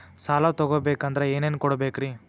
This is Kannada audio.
ಸಾಲ ತೊಗೋಬೇಕಂದ್ರ ಏನೇನ್ ಕೊಡಬೇಕ್ರಿ?